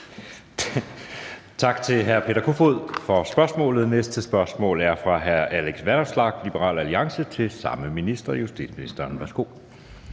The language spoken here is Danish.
Tak til hr. Peter Kofod for spørgsmålet. Næste spørgsmål er fra hr. Alex Vanopslagh, Liberal Alliance, til samme minister, justitsministeren. Kl.